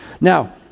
Now